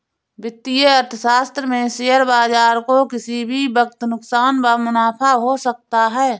वित्तीय अर्थशास्त्र में शेयर बाजार को किसी भी वक्त नुकसान व मुनाफ़ा हो सकता है